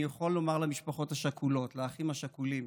אני יכול לומר למשפחות השכולות, לאחים השכולים: